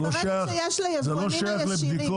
זה לא שייך לבדיקות.